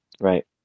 Right